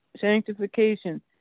sanctification